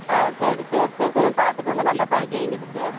ஆ சரி டீச்சர் சரி கொஞ்சம் பார்த்துக்கோங்க நல்லா படிக்க வையுங்க டீச்சர்